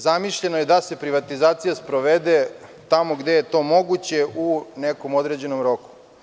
Zamišljeno je da se privatizacija sprovede tamo gde je to moguće i u nekom određenom roku.